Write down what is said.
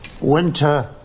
Winter